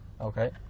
Okay